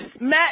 Matt